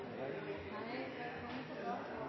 Det er